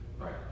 right